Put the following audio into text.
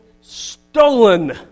stolen